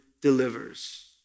delivers